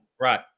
Right